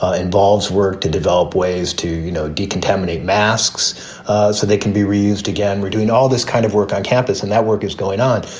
ah involves work to develop, ways to you know decontaminate masks so they can be reused. again, we're doing all this kind of work on campus and that work is going on.